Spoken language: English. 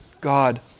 God